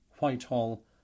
Whitehall